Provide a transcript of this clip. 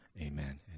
Amen